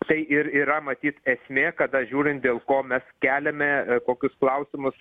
tai ir yra matyt esmė kada žiūrint dėl ko mes keliame kokius klausimus